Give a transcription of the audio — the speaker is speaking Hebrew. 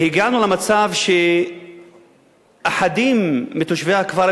והגענו למצב שאחדים מתושבי הכפר,